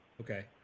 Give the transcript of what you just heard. Okay